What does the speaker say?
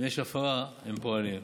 אם יש הפרה הם פועלים.